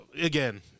again